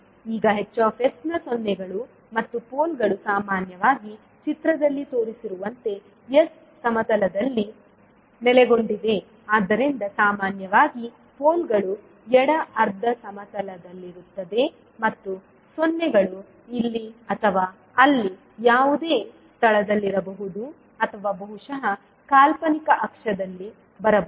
ಈಗ H ನ ಸೊನ್ನೆಗಳು ಮತ್ತು ಪೋಲ್ಗಳು ಸಾಮಾನ್ಯವಾಗಿ ಚಿತ್ರದಲ್ಲಿ ತೋರಿಸಿರುವಂತೆ s ಸಮತಲದಲ್ಲಿ ನೆಲೆಗೊಂಡಿವೆ ಆದ್ದರಿಂದ ಸಾಮಾನ್ಯವಾಗಿ ಪೋಲ್ಗಳು ಎಡ ಅರ್ಧ ಸಮತಲದಲ್ಲಿರುತ್ತವೆ ಮತ್ತು ಸೊನ್ನೆಗಳು ಇಲ್ಲಿ ಅಥವಾ ಅಲ್ಲಿ ಯಾವುದೇ ಸ್ಥಳದಲ್ಲಿರಬಹುದು ಅಥವಾ ಬಹುಶಃ ಕಾಲ್ಪನಿಕ ಅಕ್ಷದಲ್ಲಿರಬಹುದು